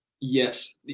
Yes